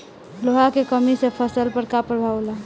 लोहा के कमी से फसल पर का प्रभाव होला?